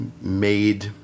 made